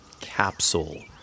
capsule